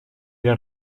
или